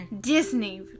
Disney